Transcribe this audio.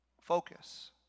Focus